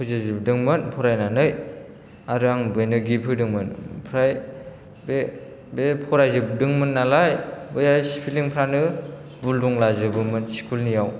फोजोबजोबदोंमोन फरायनानै आरो आं बेनो गिफ्ट होदोंमोन ओमफ्राय बे बे फरायजोबदोंमोन नालाय बेहाय स्पेलिं फोरानो भुल दंलाजोबोमोन स्कुल नियाव